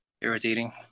irritating